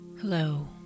Hello